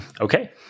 Okay